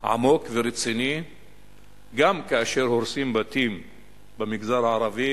עמוק ורציני גם כאשר הורסים בתים במגזר הערבי